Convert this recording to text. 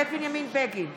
האם נכון שנחיל,